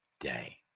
day